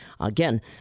Again